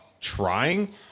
trying